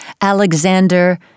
Alexander